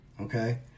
okay